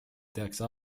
tehakse